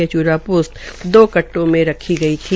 ये प्रा पोस्त दो कट्टो में रखी गई थी